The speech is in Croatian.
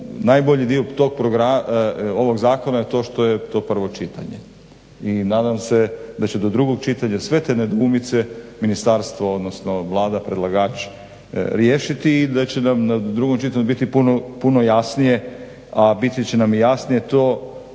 programa, ovog zakona je to što je to prvo čitanje i nadam se da će do drugog čitanja sve te nedoumice ministarstvo, odnosno Vlada predlagač riješiti i da će nam na drugom čitanju biti puno jasnije, a biti će nam i jasnije to,